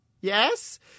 Yes